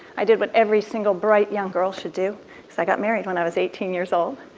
i did what every single, bright, young girl should do so i got married when i was eighteen years old.